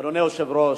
אדוני היושב-ראש,